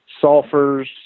sulfur's